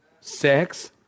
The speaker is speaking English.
Sex